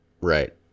right